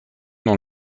dans